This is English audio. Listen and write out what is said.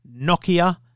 Nokia